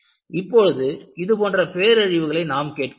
இப்போது இதுபோன்ற பேரழிவுகளை நாம் கேட்கிறோம்